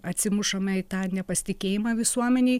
atsimušame į tą nepasitikėjimą visuomenėj